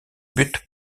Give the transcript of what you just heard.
but